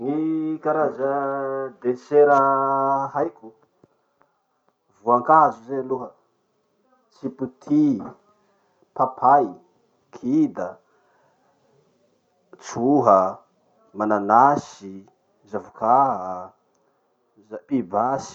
Gny karaza desera haiko: voankazo zay aloha, tsipoty, papay, kida, tsoha, mananasy, zavoka, pibasy.